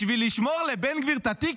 בשביל לשמור לבן גביר את התיק,